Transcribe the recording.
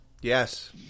yes